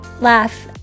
laugh